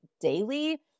daily